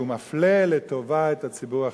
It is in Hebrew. שהוא מפלה לטובה את הציבור החרדי.